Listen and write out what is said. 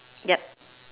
yup